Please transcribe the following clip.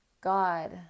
God